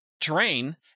terrain